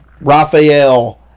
Raphael